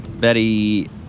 Betty